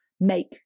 make